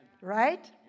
Right